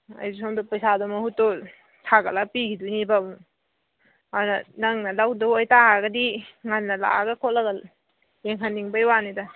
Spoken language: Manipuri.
ꯑꯩꯁꯨ ꯁꯣꯝꯗ ꯄꯩꯁꯥꯗꯣ ꯃꯍꯨꯠꯇꯣ ꯁꯥꯒꯠꯂ ꯄꯤꯒꯤꯗꯣꯏꯅꯦꯕ ꯑꯃꯨꯛ ꯑꯗꯨꯅ ꯅꯪꯅ ꯂꯧꯗꯣꯏ ꯑꯣꯏ ꯇꯥꯔꯒꯗꯤ ꯉꯟꯅ ꯂꯥꯛꯑꯒ ꯈꯣꯠꯂꯒ ꯌꯦꯡꯍꯟꯅꯤꯡꯕꯩ ꯋꯥꯅꯤꯗ